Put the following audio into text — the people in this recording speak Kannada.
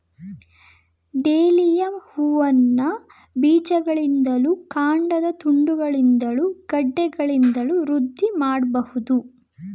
ಡೇಲಿಯ ಹೂವನ್ನ ಬೀಜಗಳಿಂದಲೂ ಕಾಂಡದ ತುಂಡುಗಳಿಂದಲೂ ಗೆಡ್ಡೆಗಳಿಂದಲೂ ವೃದ್ಧಿ ಮಾಡ್ಬಹುದು